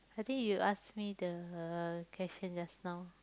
I think you ask me the question just now